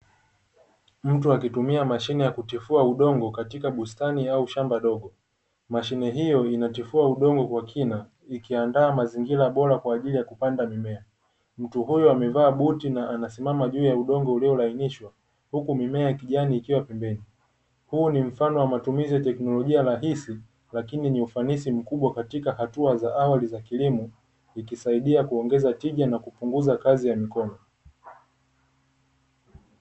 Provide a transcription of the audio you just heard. Mtu akitumia mashine ya kutifua udongo katika bustani au shamba dogo. Mashine hiyo inatifua udongo kwa kina ikiandaa mazingira bora kwa ajili ya kupanda mimea. Mtu huyo amevaa buti na anasimama juu ya udongo ulio lainishwa, huku mimea ya kijani ikiwa pembeni. Huo ni mfano wa matumizi ya teknolojia rahisi lakini yenye ufanisi mkubwa katika hatua za awali za kilimo, ikisaidia kuongeza tija na kupunguza kazi ya mikono.